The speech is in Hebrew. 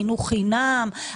חינוך חינם,